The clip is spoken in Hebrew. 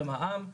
במע"מ.